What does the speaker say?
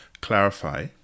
clarify